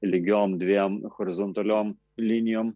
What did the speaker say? lygiom dviem horizontaliom linijom